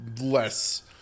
less